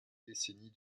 décennie